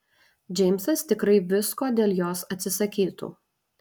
džeimsas tikrai visko dėl jos atsisakytų